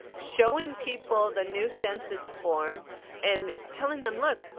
showing people the new census form and telling them, look,